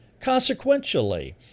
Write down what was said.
consequentially